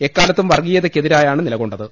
എക്കാ ലത്തും വർഗീയതക്കെതിരെയാണ് നിലകൊണ്ടത്